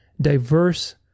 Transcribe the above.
diverse